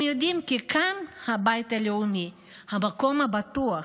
הם יודעים כי כאן הבית הלאומי, המקום הבטוח.